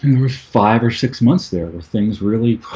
were five or six months there the things really